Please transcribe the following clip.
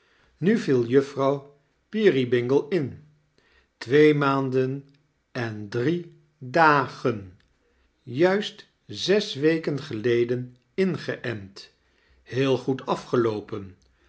nu viel juffrouw peerybingle in twee maanden en drie da gen juist zes wekem geleden ingeent heel goed afgeloopen